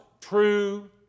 true